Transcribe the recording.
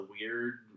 weird